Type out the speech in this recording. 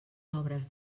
obres